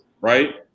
right